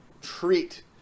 treat